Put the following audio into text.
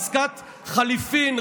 עסקת חליפין,